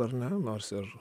ar ne nors ir